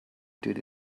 did